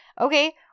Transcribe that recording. okay